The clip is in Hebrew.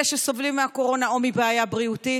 אלה שסובלים מהקורונה או מבעיה בריאותית,